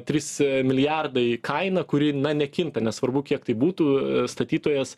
trys milijardai kaina kuri na nekinta nesvarbu kiek tai būtų statytojas